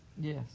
Yes